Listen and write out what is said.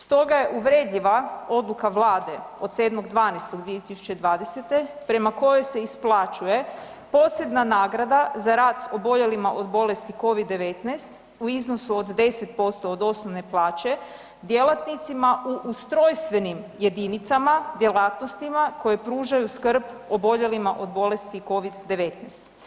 Stoga je uvredljiva odluka Vlade od 7.12.2020. prema kojoj se isplaćuje posebna nagrada za rad s oboljelima od bolesti Covid-19 u iznosu od 10% od osnovne plaće djelatnicima u ustrojstvenim jedinicama djelatnostima koje pružaju skrb oboljelima od bolesti Covid-19.